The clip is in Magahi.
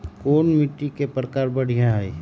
कोन मिट्टी के प्रकार बढ़िया हई?